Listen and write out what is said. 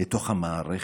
לתוך המערכת.